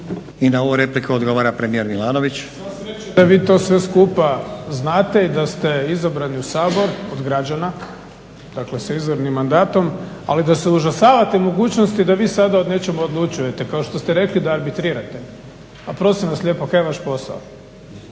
I na ovu repliku odgovara premijer Milanović. **Milanović, Zoran (SDP)** Sva sreća da vi to sve skupa znate i da ste izabrani u sabor od građana, dakle sa izvornim mandatom ali da se užasavate mogućnosti da vi sada o nečemu odlučujete kao što ste rekli da arbitrirate a prosim vas lijepo kaj je vaš posao?